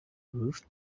roof